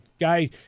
guy